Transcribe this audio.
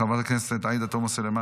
חבר הכנסת אחמד טיבי,